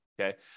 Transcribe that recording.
Okay